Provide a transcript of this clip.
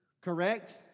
correct